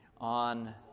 on